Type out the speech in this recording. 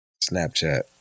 Snapchat